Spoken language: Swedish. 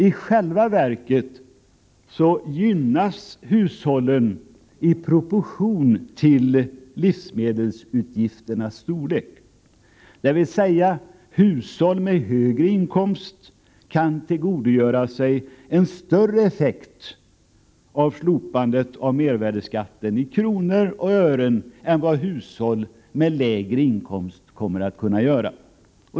I själva verket gynnas hushållen i proportion till livsmedelsutgifternas storlek, dvs. hushåll med högre inkomst kan tillgodogöra sig en större effekt av ett slopande av mervärdeskatten i kronor och ören än vad hushåll med lägre inkomst kommer att kunna göra.